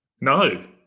No